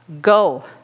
Go